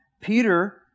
Peter